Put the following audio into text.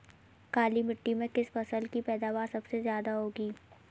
काली मिट्टी में किस फसल की पैदावार सबसे ज्यादा होगी?